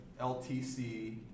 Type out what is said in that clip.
ltc